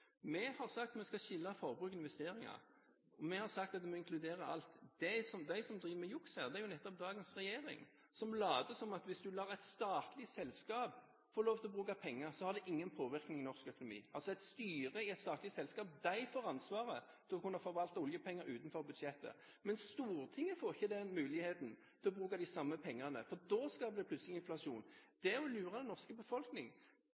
Vi har sagt at man skal skille forbruk og investeringer. Vi har sagt at vi inkluderer alt. De som driver med juks her, er jo nettopp dagens regjering, som later som om hvis du lar et statlig selskap få lov til å bruke penger, har det ingen påvirkning i norsk økonomi. Altså: Et styre i et statlig selskap får ansvar til å kunne forvalte oljepenger utenfor budsjettet, men Stortinget får ikke den muligheten til å bruke de samme pengene, for da skaper det plutselig inflasjon. Det er å lure den norske befolkning.